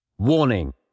Warning